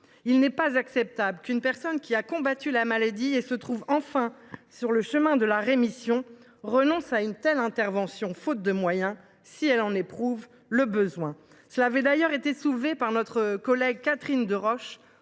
Il n’est pas acceptable qu’une personne qui a combattu la maladie et se trouve enfin sur le chemin de la rémission renonce à une telle intervention, faute de moyens, si elle en éprouve le besoin. Ce problème avait d’ailleurs été soulevé par notre collègue Catherine Deroche,